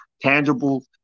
tangible